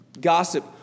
Gossip